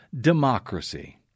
democracy